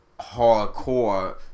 hardcore